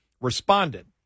Responded